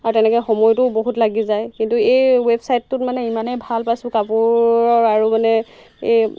আৰু তেনেকৈ সময়টোও বহুত লাগি যায় কিন্তু এই ৱেবছাইটটোত মানে ইমানেই ভাল পাইছোঁ কাপোৰৰ আৰু মানে এই